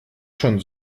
schon